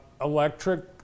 Electric